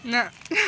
نہَ